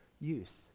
use